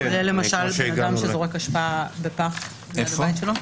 כולל למשל אדם שזורק אשפה בפח ליד הבית שלו?